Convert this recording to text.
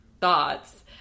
thoughts